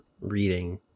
reading